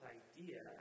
idea